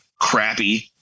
crappy